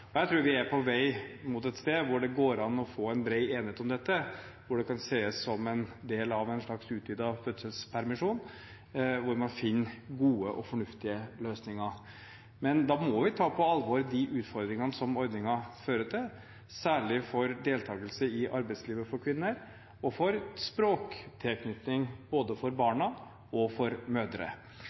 Jeg tror vi er på vei mot et sted hvor det går an å få en bred enighet om dette, hvor det kan ses som en del av en slags utvidet fødselspermisjon, hvor man finner gode og fornuftige løsninger. Men da må vi ta på alvor de utfordringene som ordningen fører til, særlig for deltakelse i arbeidslivet for kvinner og for språktilknytning både for barna og for